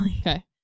Okay